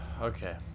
Okay